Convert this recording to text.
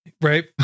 Right